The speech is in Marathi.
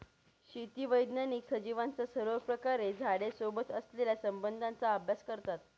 शेती वैज्ञानिक सजीवांचा सर्वप्रकारे झाडे सोबत असलेल्या संबंधाचा अभ्यास करतात